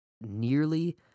nearly